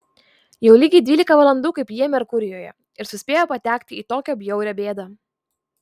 jau lygiai dvylika valandų kaip jie merkurijuje ir suspėjo patekti į tokią bjaurią bėdą